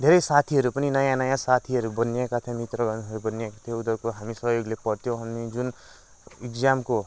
धेरै साथीहरू पनि नयाँ नयाँ साथीहरू बनिएका थिए मित्रगणहरू बनिएका थिए उनीहरूको सहयोगले हामी पढ़थ्यौँ अनि जुन एक्जामको